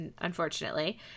Unfortunately